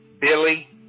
Billy